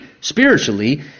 spiritually